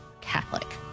Catholic